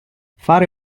fare